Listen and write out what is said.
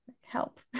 Help